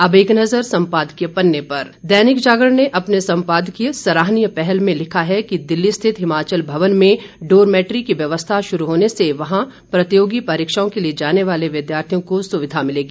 अब एक नज़र सम्पादकीय पन्ने पर दैनिक जागरण ने अपने सम्पादकीय सराहनीय पहल में लिखा है कि दिल्ली रिथित हिमाचल भवन में डोरमैट्री की व्यवस्था शुरू होने से वहां प्रतियोगी परीक्षा के लिए जाने वाले विद्यार्थियों को सुविधा मिलेगी